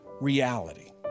reality